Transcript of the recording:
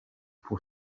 pour